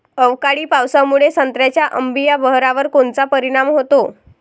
अवकाळी पावसामुळे संत्र्याच्या अंबीया बहारावर कोनचा परिणाम होतो?